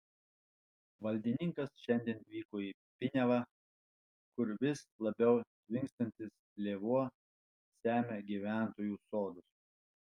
valdininkas šiandien vyko į piniavą kur vis labiau tvinstantis lėvuo semia gyventojų sodus